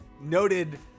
noted